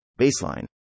baseline